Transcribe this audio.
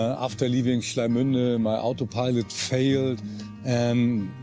after leaving schleimunde my autopilot failed and, ah,